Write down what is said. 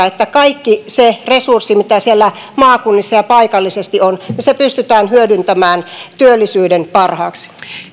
että kaikki se resurssi mitä siellä maakunnissa ja paikallisesti on pystytään hyödyntämään työllisyyden parhaaksi